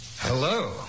Hello